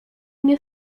nie